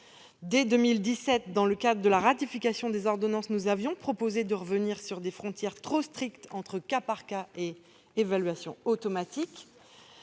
Dès 2017, dans le cadre de la ratification des ordonnances, nous avions proposé de revenir sur la frontière trop stricte entre « cas par cas » et évaluation automatique.